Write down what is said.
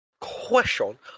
Question